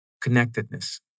connectedness